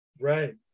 Right